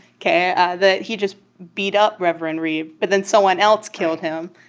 ok that he just beat up reverend reeb but then someone else killed him.